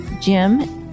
Jim